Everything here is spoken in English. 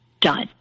done